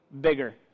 bigger